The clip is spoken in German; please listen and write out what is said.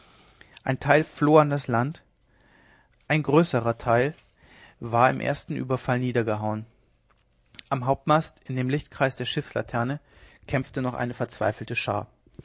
ein teil floh an das land ein größerer teil wurde im ersten überfall niedergehauen am hauptmast in dem lichtkreis der schiffslaterne kämpfte noch eine verzweifelte schar